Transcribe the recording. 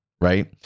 Right